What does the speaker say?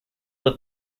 that